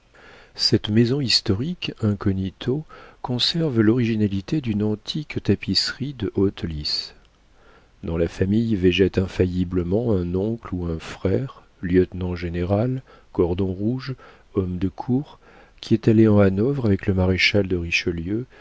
cette maison historique incognito conserve l'originalité d'une antique tapisserie de haute lice dans la famille végète infailliblement un oncle ou un frère lieutenant-général cordon rouge homme de cour qui est allé en hanovre avec le maréchal de richelieu